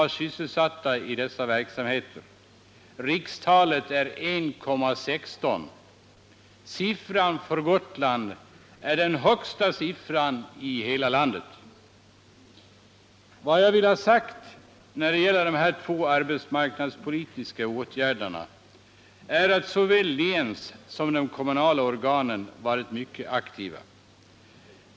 Rikstalet är 1,16 96. Siffran för Gotland är den högsta i hela landet. Jag vill i fråga om dessa två arbetsmarknadspolitiska åtgärder säga att såväl länsorganen som de kommunala organen varit mycket aktiva.